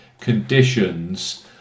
conditions